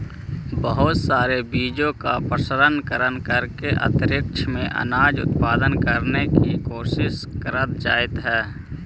बहुत सारे बीजों का प्रशन करण करके अंतरिक्ष में अनाज उत्पादन करने की कोशिश करल जाइत हई